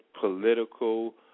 political